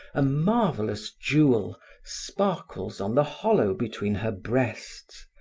a marvelous jewel sparkles on the hollow between her breasts.